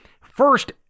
First